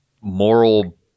moral